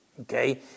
okay